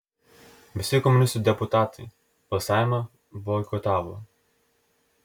visi komunistų deputatai balsavimą boikotavo